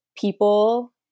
people